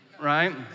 right